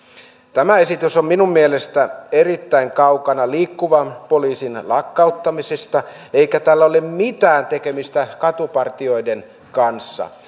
tämä esitys on minun mielestäni erittäin kaukana liikkuvan poliisin lakkauttamisesta eikä tällä ole mitään tekemistä katupartioiden kanssa